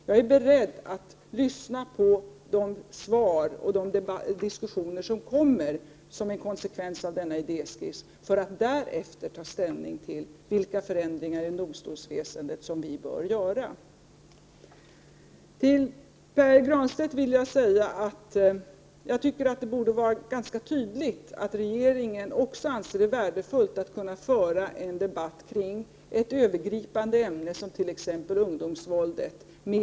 Jag är beredd att lyssna på de svar och de diskussioner som kommer som en konsekvens av denna idéskiss, för att därefter ta ställning till vilka förändringar i domstolsväsendet som bör göras. Till Pär Granstedt vill jag säga att jag tycker det borde vara ganska tydligt att regeringen också anser att det är värdefullt att en minister kan delta i en debatt kring ett övergripande ämne som ungdomsvåldet.